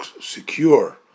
secure